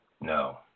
no